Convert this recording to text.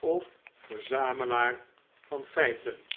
of verzamelaar van feiten